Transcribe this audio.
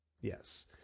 Yes